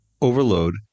overload